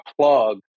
plug